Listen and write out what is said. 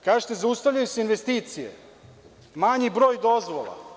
Kažete - zaustavljaju se investicije, manji broj dozvola.